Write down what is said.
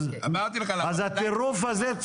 אז הטירוף הזה,